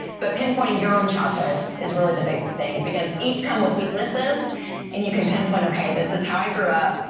but pinpointing your own childhood is really the big thing because each come with weaknesses and you can pinpoint, okay, this is how i grew up.